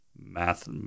math